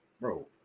bro